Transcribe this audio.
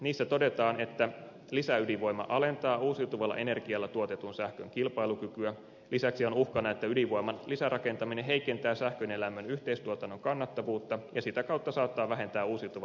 niissä todetaan että lisäydinvoima alentaa uusiutuvalla energialla tuotetun sähkön kilpailukykyä ja että lisäksi on uhkana että ydinvoiman lisärakentaminen heikentää sähkön ja lämmön yhteistuotannon kannattavuutta ja sitä kautta saattaa vähentää uusiutuvan energian määrää